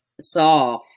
saw